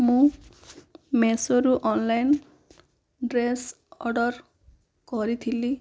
ମୁଁ ମିସୋରୁ online dress order କରିଥିଲି